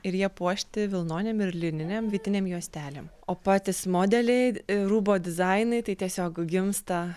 ir jie puošti vilnonėm ir lininėm vytinėm juostelėm o patys modeliai rūbo dizainai tai tiesiog gimsta